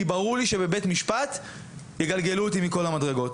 ברור לי שבבית משפט יגלגלו אותי מכל המדרגות.